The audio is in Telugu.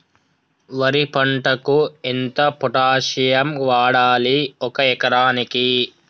వరి పంటకు ఎంత పొటాషియం వాడాలి ఒక ఎకరానికి?